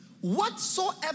Whatsoever